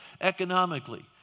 economically